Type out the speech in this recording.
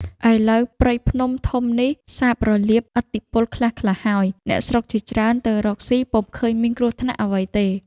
ឥឡូវព្រៃភ្នំធំនេះ សាបរលាបឥទ្ធិពលខ្លះៗហើយ អ្នកស្រុកជាច្រើនទៅរកស៊ីពំុឃើញមានគ្រោះថ្នាក់អ្វីទេ។